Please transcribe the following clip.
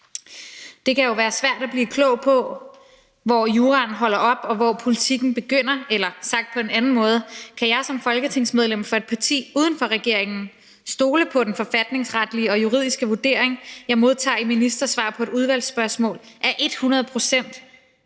Det kan jo være svært at blive klog på, hvor juraen holder op, og hvor politikken begynder. Eller sagt på en anden måde: Kan jeg som folketingsmedlem for et parti uden for regeringen stole på, at den forfatningsretlige og juridiske vurdering, jeg modtager i ministersvar på et udvalgsspørgsmål, er hundrede procent